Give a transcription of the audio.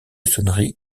sonneries